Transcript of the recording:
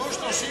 עזבו 30 שרים,